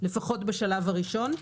לפחות בשלב הראשון.